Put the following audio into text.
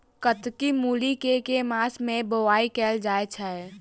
कत्की मूली केँ के मास मे बोवाई कैल जाएँ छैय?